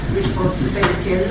responsibility